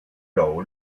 goal